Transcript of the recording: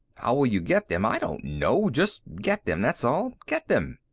how will you get them? i don't know. just get them, that's all. get them!